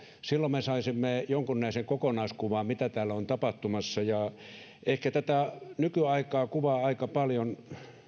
silloin me saisimme jonkunlaisen kokonaiskuvan siitä mitä täällä on tapahtumassa ehkä tätä nykyaikaa kuvaa aika paljon